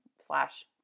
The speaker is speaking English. slash